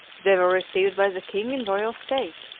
they were received by the king in royal state.